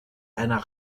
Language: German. einer